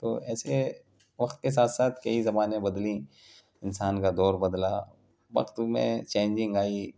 تو ایسے وقت کے ساتھ ساتھ کئی زبانیں بدلیں انسان کا دور بدلا وقت میں چینجنگ آئی